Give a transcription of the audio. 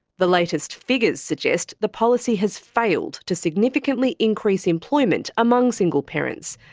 the latest figures suggest the policy has failed to significantly increase employment among single parents,